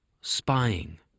Spying